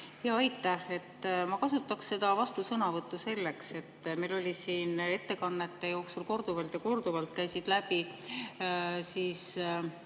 Aitäh! Ma kasutaks seda vastusõnavõttu selleks. Meil siin ettekannete jooksul korduvalt ja korduvalt käisid läbi